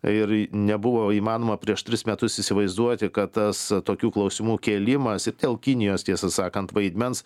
ir nebuvo įmanoma prieš tris metus įsivaizduoti kad tas tokių klausimų kėlimas ir dėl kinijos tiesą sakant vaidmens